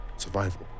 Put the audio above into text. survival